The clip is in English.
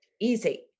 easy